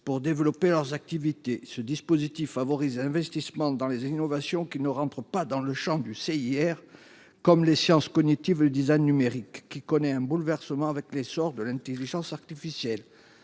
pour développer leurs activités. Ce dispositif favorise l’investissement dans les innovations qui n’entrent pas dans le champ du CIR, comme les sciences cognitives et le design numérique, qui connaît un bouleversement avec l’essor de l’intelligence artificielle.